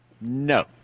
No